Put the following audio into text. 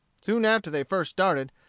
soon after they first started,